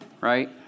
right